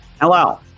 hello